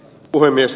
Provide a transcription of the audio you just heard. puhemies